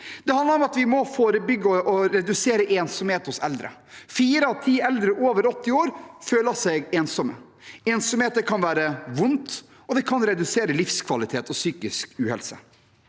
Det handler om at vi må forebygge og redusere ensomhet hos eldre. Fire av ti eldre over 80 år føler seg ensomme. Ensomhet kan være vondt, og det kan redusere livskvalitet og gi psykisk uhelse.